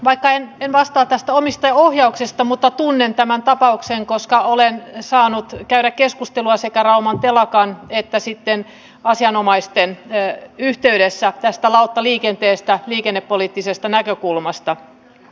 vaikka en vastaa tästä omistajaohjauksesta niin tunnen tämän tapauksen koska olen saanut käydä keskustelua sekä rauman telakan että sitten asianomaisten yhteydessä tästä lauttaliikenteestä liikennepoliittisesta näkökulmasta